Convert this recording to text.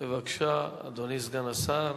בבקשה, אדוני סגן השר.